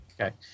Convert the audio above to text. Okay